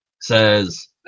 Says